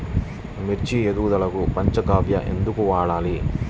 మిర్చి ఎదుగుదలకు పంచ గవ్య ఎందుకు వాడాలి?